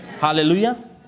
Hallelujah